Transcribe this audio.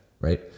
right